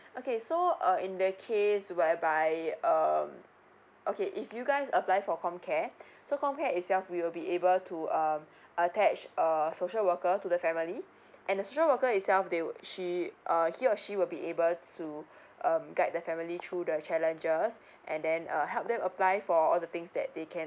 okay so uh in that case whereby um okay if you guys apply for com care so com care itself we will be able to um attached a social workers to the family and the social worker itself they would she err he or she will be able to um guide the family through the challenges and then uh help them apply for all the things that they can